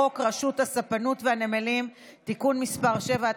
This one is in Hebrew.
חוק רשות הספנות והנמלים (תיקון מס' 7),